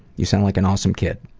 you sound like an awesome kid.